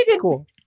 cool